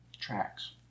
tracks